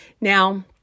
Now